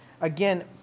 Again